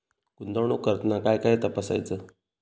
गुंतवणूक करताना काय काय तपासायच?